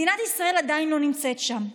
מדינה ישראל עדיין לא נמצאת שם.